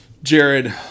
jared